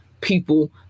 people